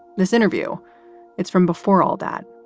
this interview is from before all that,